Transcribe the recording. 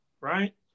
right